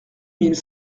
mille